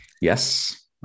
Yes